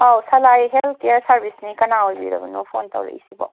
ꯑꯧ ꯁꯥꯂꯥꯏ health care ꯁꯥꯔꯕꯤꯁꯅꯤ ꯀꯅꯥ ꯑꯣꯏꯕꯤꯔꯕꯅꯣ ꯐꯣꯟ ꯇꯧꯔꯛꯂꯤꯁꯤꯕꯣ